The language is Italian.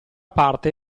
parte